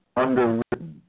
underwritten